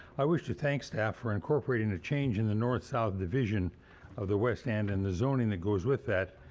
i wish to thank staff for incorporating the change in the north south division of the west end and the zoning that goes with that.